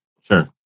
Sure